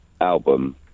Album